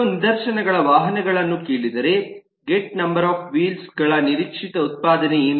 ಕೆಲವು ನಿದರ್ಶನಗಳ ವಾಹನಗಳನ್ನು ಕೇಳಿದರೆ ಗೆಟ್ ನಂಬರ್ ಆಫ್ ವೀಲ್ಸ್ ಗಳ ನಿರೀಕ್ಷಿತ ಉತ್ಪಾದನೆ ಏನು